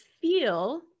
feel